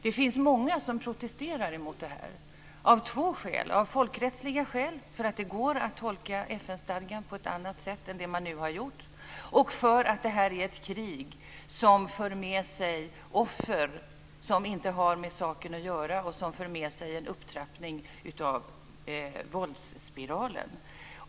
Det finns många som protester mot det här av två skäl: av folkrättsliga skäl, för att det går att tolka FN stadgan på ett annat sätt än det man nu har gjort, och för att det här är ett krig som för med sig offer som inte har med saken att göra och en upptrappning av våldsspiralen.